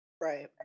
Right